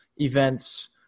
events